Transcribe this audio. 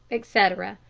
etc,